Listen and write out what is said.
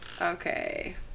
Okay